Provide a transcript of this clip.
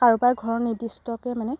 কাৰোবাৰ ঘৰত নিৰ্দিষ্টকৈ মানে